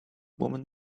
woman